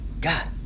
God